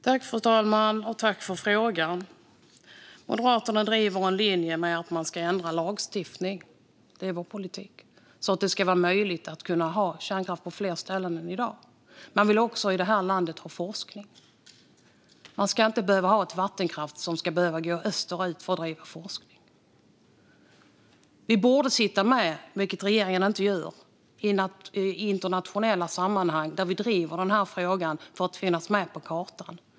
Fru talman! Jag tackar för frågan. Moderaterna driver linjen att man ska ändra lagstiftningen - det är vår politik - så att det blir möjligt att ha kärnkraft på fler ställen än i dag. Man vill också i detta land ha forskning. Man ska inte behöva ha vattenkraft som går österut för att bedriva forskning. Vi borde sitta med, vilket regeringen inte gör, i internationella sammanhang och driva denna fråga för att finnas med på kartan.